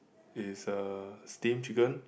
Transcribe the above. it is a steam chicken